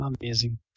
Amazing